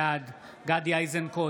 בעד גדי איזנקוט,